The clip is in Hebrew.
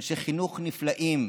אנשי חינוך נפלאים,